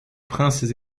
princes